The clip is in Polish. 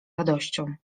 radością